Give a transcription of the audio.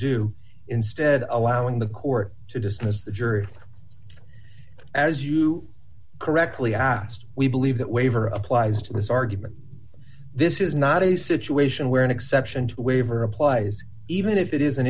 do instead allowing the court to dismiss the jury as you correctly asked we believe that waiver applies to this argument this is not a situation where an exception to a waiver applies even if it is an